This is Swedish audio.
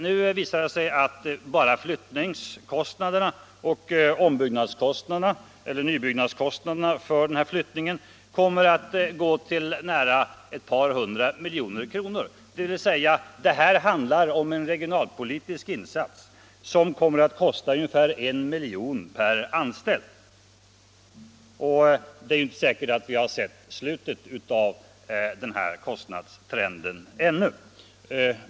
Nu visar det sig att enbart flyttningsoch nybyggnadskostnaderna kommer att uppgå till nära 200 milj.kr., dvs. det handlar om en regionalpolitisk insats som kommer att kosta ungefär 1 miljon per anställd. Och det är inte säkert att vi har sett slutet av denna kostnadstrend ännu.